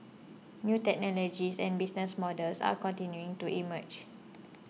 new technologies and business models are continuing to emerge